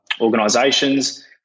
organisations